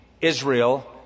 Israel